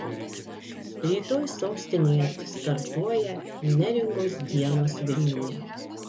rytoj sostinėje startuoja neringos dienos vilniuje